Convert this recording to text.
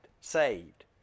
saved